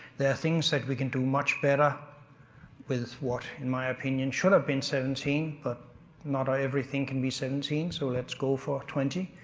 there are things that we can do much better with what in my opinion should have been seventeen, but not everything can be seventeen so let's go for twenty.